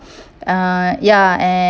uh ya and